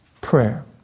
prayer